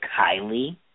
Kylie